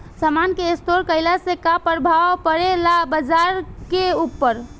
समान के स्टोर काइला से का प्रभाव परे ला बाजार के ऊपर?